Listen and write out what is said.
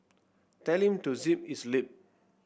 tell him to zip his lip